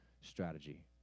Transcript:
strategy